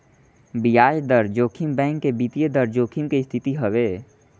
बियाज दर जोखिम बैंक के वित्तीय दर जोखिम के स्थिति हवे